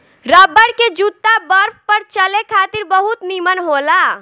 rubber के जूता बरफ पर चले खातिर बहुत निमन होला